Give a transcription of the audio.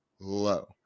low